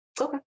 Okay